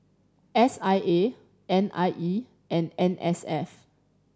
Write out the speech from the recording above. S I A N I E and N S F